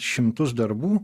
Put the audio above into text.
šimtus darbų